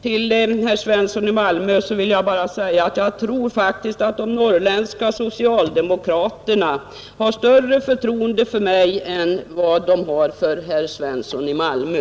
Till herr Svensson i Malmö vill jag bara säga att jag faktiskt tror att de norrländska socialdemokraterna har större förtroende för mig än vad de har för herr Svensson i Malmö,